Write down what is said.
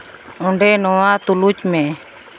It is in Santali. ᱚᱸᱰᱮ ᱱᱚᱣᱟ ᱛᱩᱞᱩᱪ ᱢᱮ